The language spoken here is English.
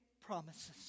promises